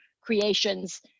creations